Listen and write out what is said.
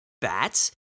bats